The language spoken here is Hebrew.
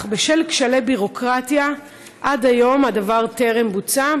אך בשל כשלי ביורוקרטיה עד היום הדבר טרם בוצע.